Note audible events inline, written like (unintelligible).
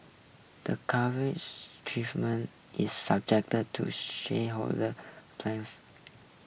the (unintelligible) is subject to shareholder (unintelligible)